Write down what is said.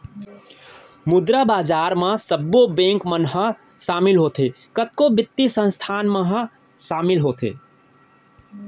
मुद्रा बजार म सब्बो बेंक मन ह सामिल होथे, कतको बित्तीय संस्थान मन ह सामिल होथे